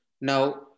Now